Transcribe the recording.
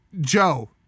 Joe